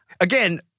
Again